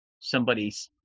somebody's